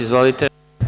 Izvolite.